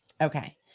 Okay